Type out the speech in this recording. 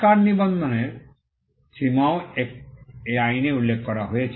আকার নিবন্ধনের সীমাও এই আইনে উল্লেখ করা হয়েছে